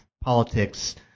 politics